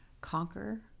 conquer